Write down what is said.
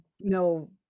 no